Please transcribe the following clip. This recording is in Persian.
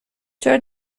چرا